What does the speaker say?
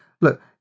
look